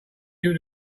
due